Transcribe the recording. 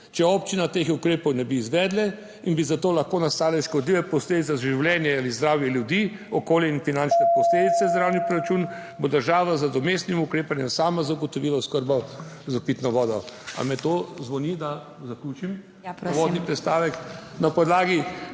Če občina teh ukrepov ne bi izvedla in bi zato lahko nastale škodljive posledice za življenje ali zdravje ljudi, okolje in finančne posledice za državni proračun, bo država z nadomestnim ukrepanjem sama zagotovila oskrbo s pitno vodo. Ali mi to zvoni, da zaključim? PODPREDSEDNICA MAG.